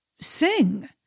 sing